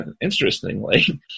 interestingly